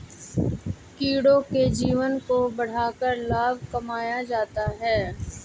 कीड़ों के जीवन को बढ़ाकर लाभ कमाया जाता है